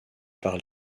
par